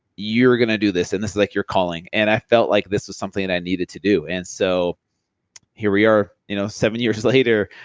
you're going to do this and this is like your calling, and i felt like this was something that and i needed to do. and so here we are, you know seven years later,